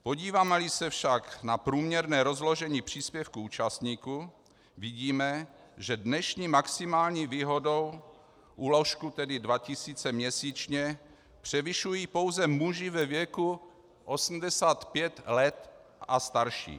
Podívámeli se však na průměrné rozložení příspěvků účastníků, vidíme, že dnešní maximální výhodnou úložku, tedy 2 000 měsíčně, převyšují pouze muži ve věku 85 let a starší.